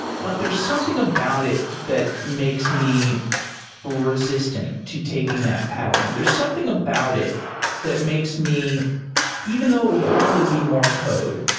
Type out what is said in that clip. but there's something about it that makes me resistant to taking that pattern. there's something about it that makes me even though it would probably be more code.